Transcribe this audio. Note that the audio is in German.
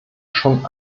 schon